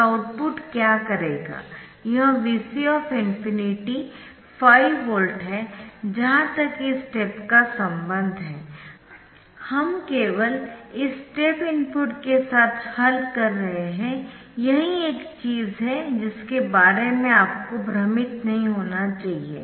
तो आउटपुट क्या करेगा यह Vc ∞ 5 वोल्ट है जहां तक इस स्टेप का संबंध है हम केवल इस स्टेप इनपुट के साथ हल कर रहे है यही एक चीज है जिसके बारे में आपको भ्रमित नहीं होना चाहिए